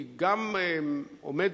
היא גם עומדת,